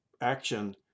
action